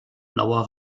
blauer